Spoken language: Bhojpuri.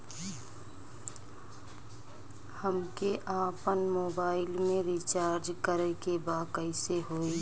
हमके आपन मोबाइल मे रिचार्ज करे के बा कैसे होई?